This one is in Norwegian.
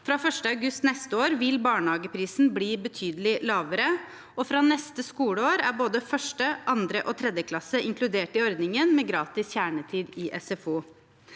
Fra 1. august neste år vil barnehageprisen bli betydelig lavere, og fra neste skoleår er både 1., 2. og 3. klasse inkludert i ordningen med gratis kjernetid i SFO.